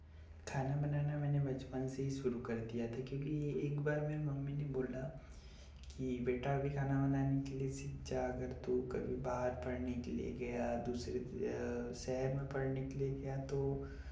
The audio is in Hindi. खाना बनाना मैंने बचपन से ही शुरू कर दिया था क्योंकि एक बार मेरी मम्मी ने बोला कि बेटा अभी खाना बनाने के लिए सीख जा अगर तू कभी बाहर पढ़ने के लिए गया दूसरे शहर में पढ़ने के लिए गया तो